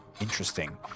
Interesting